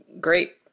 great